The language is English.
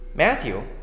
Matthew